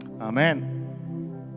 Amen